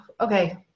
okay